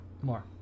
More